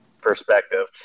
perspective